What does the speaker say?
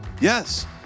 Yes